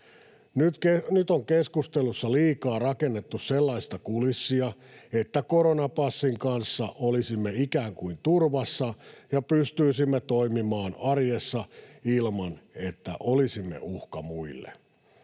Nyt on keskustelussa liikaa rakennettu sellaista kulissia, että koronapassin kanssa olisimme ikään kuin turvassa ja pystyisimme toimimaan arjessa ilman, että olisimme uhka muille.